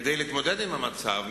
כדי להתמודד עם המצב,